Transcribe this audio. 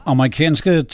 Amerikanske